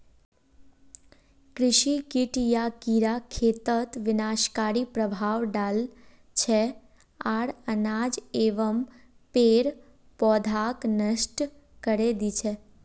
कृषि कीट या कीड़ा खेतत विनाशकारी प्रभाव डाल छेक आर अनाज एवं पेड़ पौधाक नष्ट करे दी छेक